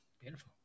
Beautiful